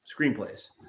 screenplays